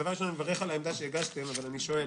על העמדה שהגשתם אבל אני שואל,